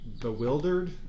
bewildered